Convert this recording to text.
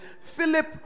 Philip